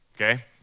Okay